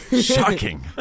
Shocking